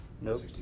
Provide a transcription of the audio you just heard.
Nope